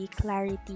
clarity